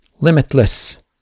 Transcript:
limitless